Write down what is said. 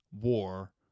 war